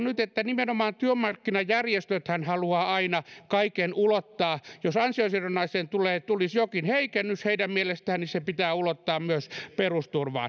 nyt että nimenomaan työmarkkinajärjestöthän haluavat aina kaiken ulottaa jos ansiosidonnaiseen tulisi jokin heikennys heidän mielestään niin se pitää ulottaa myös